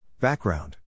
Background